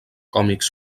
còmics